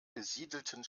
besiedelten